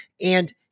And-